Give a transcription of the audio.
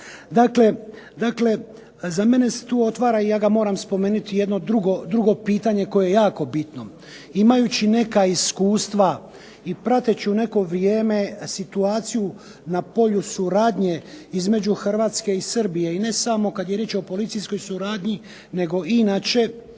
Dakle, za mene se tu otvara, i ja ga moram spomenuti, jedno drugo pitanje koje je jako bitno. Imajući druga iskustva i prateći u neko vrijeme situaciju na polju suradnje između Hrvatske i Srbije, ne samo kada je riječ o policijskoj suradnji nego inače,